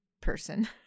person